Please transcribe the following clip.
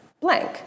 blank